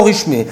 לא רשמי.